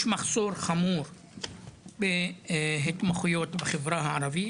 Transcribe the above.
יש מחסור חמור בהתמחויות בחברה הערבית,